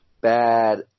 bad